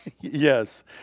yes